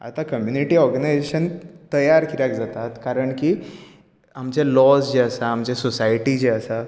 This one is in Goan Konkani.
आतां कम्यूनीटी ऑर्गनाजेशन तयार कित्याक जातात कारण की आमचे लॉज जे आसात आमचे सोसायटी जे आसा